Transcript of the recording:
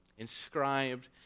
Inscribed